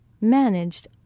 managed